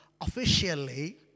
officially